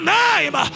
name